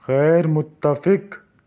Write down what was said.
غیر متفق